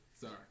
Sorry